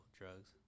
drugs